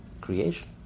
creation